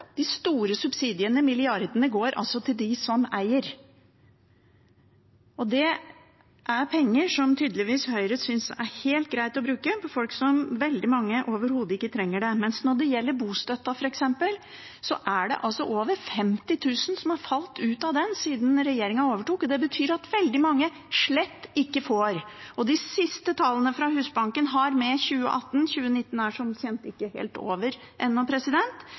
De store subsidiene, milliardene, går altså til dem som eier. Dette er penger som Høyre tydeligvis synes er helt greit å bruke på folk som – veldig mange – overhodet ikke trenger det, mens når det gjelder f.eks. bostøtten, har over 50 000 falt ut av den ordningen siden regjeringen overtok. Det betyr at veldig mange slett ikke får. De siste tallene fra Husbanken, 2018-tallene – 2019 er som kjent ikke helt over ennå